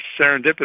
serendipitous